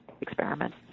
experiment